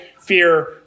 fear